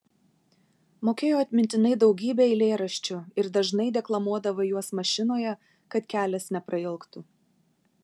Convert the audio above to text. mokėjo atmintinai daugybę eilėraščių ir dažnai deklamuodavo juos mašinoje kad kelias neprailgtų